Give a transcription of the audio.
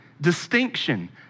distinction